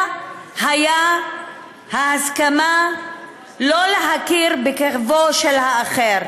היה ההסכמה לא להכיר בכאבו של האחר,